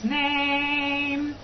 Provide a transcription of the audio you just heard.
name